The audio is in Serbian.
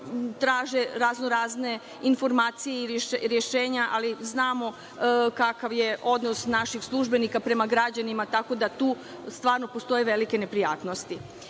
traže raznorazne informacije ili rešenja, a znamo kakav je odnos naših službenika prema građanima, tako da tu stvarno postoje velike neprijatnosti. Prinudna